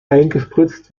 eingespritzt